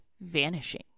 vanishing